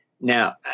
Now